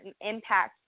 impact